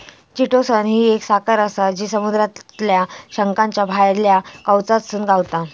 chitosan ही एक साखर आसा जी समुद्रातल्या शंखाच्या भायल्या कवचातसून गावता